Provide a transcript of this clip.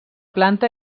planta